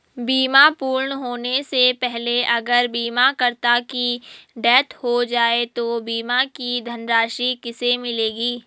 बीमा पूर्ण होने से पहले अगर बीमा करता की डेथ हो जाए तो बीमा की धनराशि किसे मिलेगी?